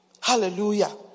Hallelujah